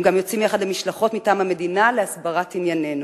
הם גם יוצאים יחד למשלחות מטעם המדינה להסברת עניינינו.